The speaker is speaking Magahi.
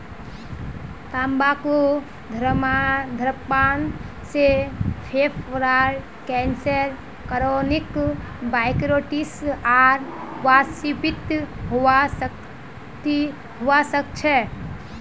तंबाकू धूम्रपान से फेफड़ार कैंसर क्रोनिक ब्रोंकाइटिस आर वातस्फीति हवा सकती छे